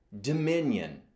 Dominion